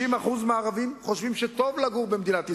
60% מהערבים חושבים שטוב לגור במדינת ישראל.